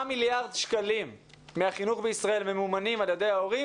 מיליארד שקלים מהחינוך בישראל ממומנים על ידי ההורים,